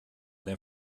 der